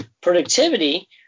productivity